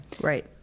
right